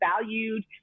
valued